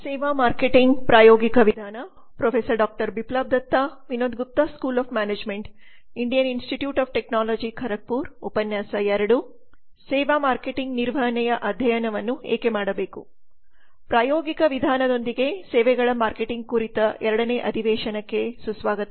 ಸೇವಾ ಮಾರ್ಕೆಟಿಂಗ್ ನಿರ್ವಹಣೆಯ ಅಧ್ಯಯನವನ್ನು ಏಕೆ ಮಾಡಬೇಕು ಪ್ರಾಯೋಗಿಕ ವಿಧಾನದೊಂದಿಗೆ ಸೇವೆಗಳ ಮಾರ್ಕೆಟಿಂಗ್ ಕುರಿತು ಎರಡನೇ ಅಧಿವೇಶನಕ್ಕೆ ಸುಸ್ವಾಗತ